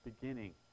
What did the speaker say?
beginning